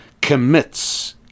commits